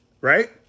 right